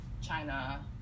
China